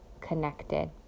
connected